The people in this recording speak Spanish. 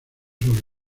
sobre